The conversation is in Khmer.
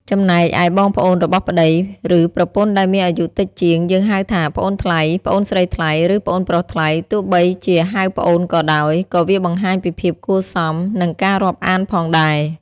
ចំណែកឯបងប្អូនរបស់ប្ដី ឬប្រពន្ធដែលមានអាយុតិចជាង យើងហៅថា ប្អូនថ្លៃ, ប្អូនស្រីថ្លៃ ឬ ប្អូនប្រុសថ្លៃ ទោះបីជាហៅប្អូនក៏ដោយ ក៏វាបង្ហាញពីភាពគួរសម និងការរាប់អានផងដែរ។